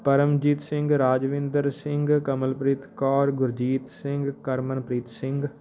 Paramjit Singh Rajwinder Singh Kamalpreet Kaur Gurjit Singh Karmanpreet Singh